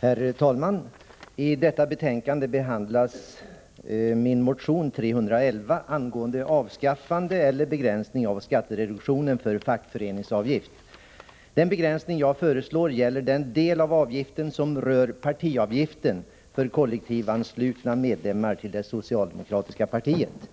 Herr talman! I detta betänkande behandlas min motion 311 angående avskaffande eller begränsning av skattereduktionen för fackföreningsavgift. Den begränsning som jag föreslår gäller den del av avgiften som rör partiavgiften för medlemmar, kollektivanslutna till det socialdemokratiska partiet.